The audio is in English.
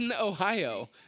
Ohio